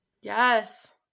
yes